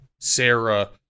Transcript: Sarah